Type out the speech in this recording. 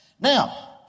Now